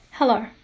Hello